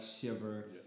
shiver